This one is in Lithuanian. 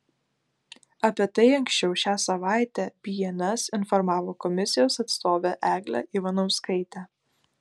apie tai anksčiau šią savaitę bns informavo komisijos atstovė eglė ivanauskaitė